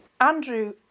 Andrew